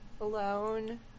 alone